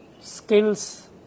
skills